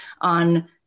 on